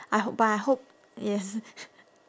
I hope bah I hope yes